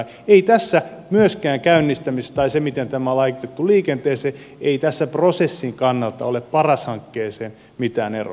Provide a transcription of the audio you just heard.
ei tässä käynnistämisessä myöskään tai siinä miten tämä on laitettu liikenteeseen prosessin kannalta ole paras hankkeeseen mitään eroa